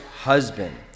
husband